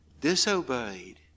Disobeyed